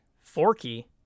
Forky